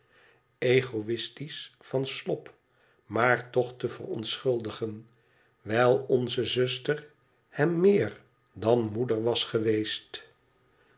égoistisch van slop maar toch te verontschuldigen wijl onze zuster hem meer dan moeder was geweest